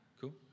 cool